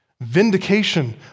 Vindication